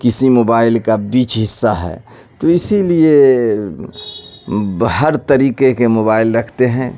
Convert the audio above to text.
کسی موبائل کا بیچ حصہ ہے تو اسی لیے ہر طریقے کے موبائل رکھتے ہیں